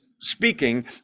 speaking